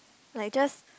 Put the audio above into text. like just